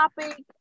topic